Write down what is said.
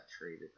traded